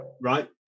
right